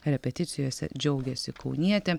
repeticijose džiaugėsi kaunietė